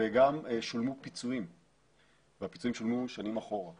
וגם שולמו פיצויים והפיצויים שולמו שנים אחרונה.